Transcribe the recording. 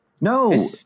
No